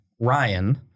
Ryan